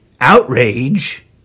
outrage